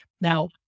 Now